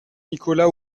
nicolas